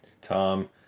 Tom